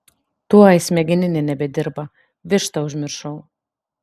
tuoj smegeninė nebedirba vištą užmiršau